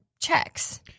checks